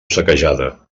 saquejada